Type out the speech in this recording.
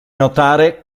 notare